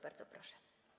Bardzo proszę.